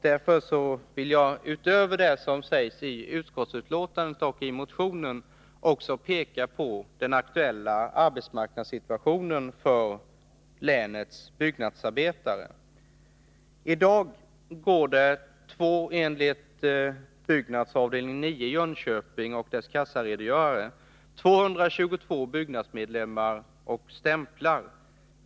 Därför vill jag, utöver det som sägs i utskottsbetänkandet och motionen, peka på den aktuella arbetsmarknadssituationen för länets byggnadsarbetare. I dag går, enligt kassaredogöraren vid Byggnads avdelning 9 i Jönköping, 222 Byggnadsmedlemmar och stämplar.